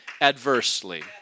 adversely